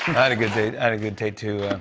had a good day i had a good day, too.